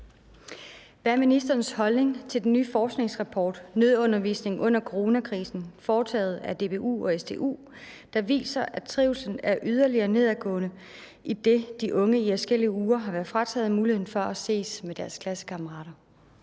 Hvad er ministerens holdning til den nye forskningsrapport »Nødundervisning under corona-krisen« foretaget af DPU og SDU, der viser, at trivslen er yderligere nedadgående, idet de unge i adskillige uger har været frataget muligheden for at ses med deres klassekammerater?